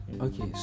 Okay